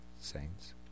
saints